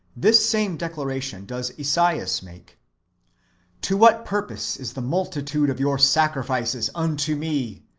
this same declaration does esaias make to what purpose is the multitude of your sacrifices unto me,